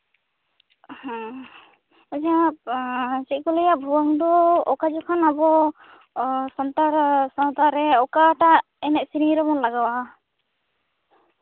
ᱦᱮᱸ ᱟᱪᱪᱷᱟ ᱪᱮᱫ ᱠᱚ ᱞᱟᱹᱭᱟ ᱵᱷᱩᱣᱟᱹᱝ ᱫᱚ ᱚᱠᱟ ᱡᱚᱠᱷᱚᱱ ᱟᱵᱚ ᱥᱟᱱᱛᱟᱲ ᱥᱟᱶᱛᱟᱨᱮ ᱚᱠᱟᱨᱮ ᱚᱠᱟᱴᱟᱜ ᱮᱱᱮᱡ ᱥᱮᱨᱮᱧ ᱨᱮᱵᱚᱱ ᱞᱟᱜᱟᱣᱟ